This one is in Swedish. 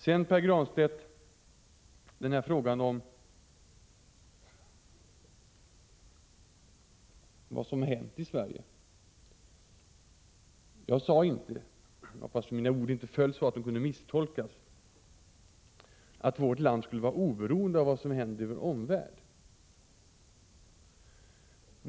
Sedan till frågan om vad som har hänt i Sverige. Jag sade inte, Pär Granstedt, — och jag hoppas att mina ord inte föll så att de kunde misstolkas — att vårt land skulle vara oberoende av vad som händer i vår omvärld.